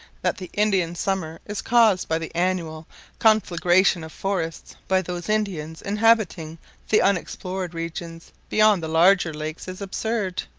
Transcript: that the indian summer is caused by the annual conflagration of forests by those indians inhabiting the unexplored regions beyond the larger lakes is absurd.